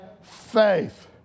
faith